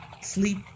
sleep